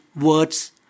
words